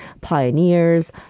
pioneers